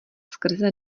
skrze